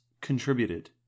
contributed